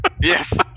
Yes